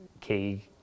key